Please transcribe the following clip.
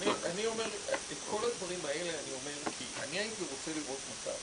את כל הדברים האלה אני אומר כי אני הייתי רוצה לראות מצב